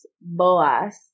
Boas